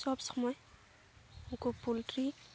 ᱥᱚᱵ ᱥᱚᱢᱚᱭ ᱩᱱᱠᱩ ᱯᱳᱞᱴᱨᱤ